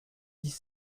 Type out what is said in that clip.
dix